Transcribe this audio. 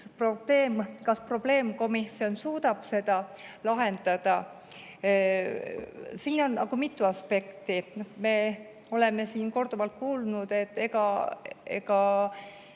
Kas probleemkomisjon suudab seda lahendada? Siin on mitu aspekti. Me oleme siin korduvalt kuulnud, et ega